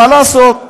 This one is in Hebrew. מה לעשות?